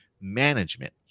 management